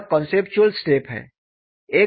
वह conceptual step है